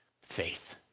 faith